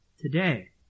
today